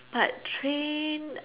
but train